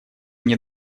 мне